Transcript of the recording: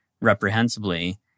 reprehensibly